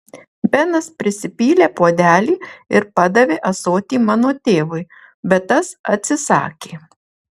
benas prisipylė puodelį ir padavė ąsotį mano tėvui bet tas atsisakė